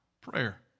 Prayer